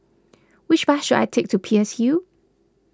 which bus should I take to Peirce Hill